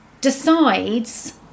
decides